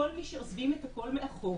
כל מי שעוזבים את הכול מאחור.